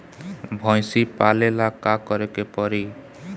भइसी पालेला का करे के पारी?